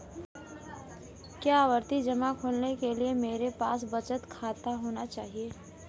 क्या आवर्ती जमा खोलने के लिए मेरे पास बचत खाता होना चाहिए?